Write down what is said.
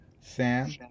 Sam